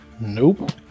Nope